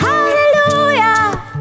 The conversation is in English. Hallelujah